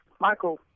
Michael